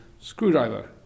screwdriver